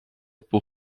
pour